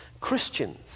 Christians